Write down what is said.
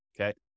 okay